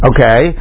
Okay